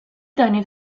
دانید